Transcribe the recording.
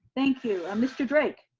thank you. mr. drake.